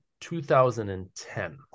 2010